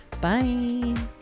Bye